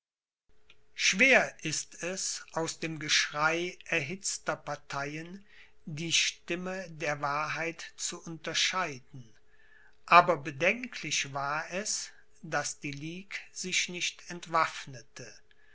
schwer ist es aus dem geschrei erhitzter parteien die stimme der wahrheit zu unterscheiden aber bedenklich war es daß die ligue sich nicht entwaffnete